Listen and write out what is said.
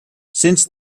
since